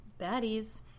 Baddies